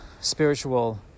spiritual